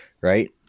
right